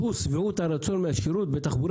אחוז שביעות הרצון מהשירות בתחבורה